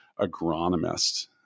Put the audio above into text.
agronomist